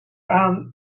aan